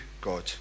God